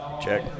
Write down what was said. check